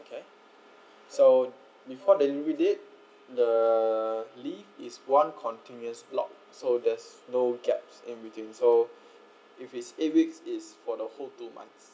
okay so before delivery date the leave is one continuous block so there's no gap in between so if it's eight weeks it's for the whole two months